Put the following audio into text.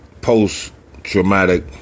post-traumatic